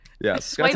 yes